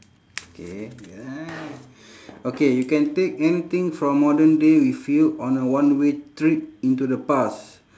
okay wait eh okay you can take anything from modern day with you on a one way trip into the past